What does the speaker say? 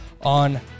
on